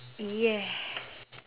yeah